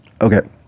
Okay